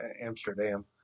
Amsterdam